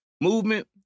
movement